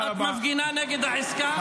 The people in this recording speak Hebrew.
את מפגינה נגד העסקה?